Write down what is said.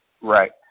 Right